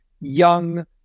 young